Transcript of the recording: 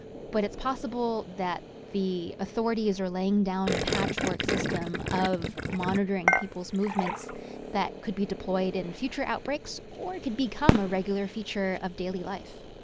but it's possible that the authorities are laying down a patchwork system of monitoring people's movements that could be deployed in future outbreaks, or it could become a regular feature of daily life